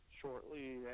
shortly